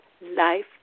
life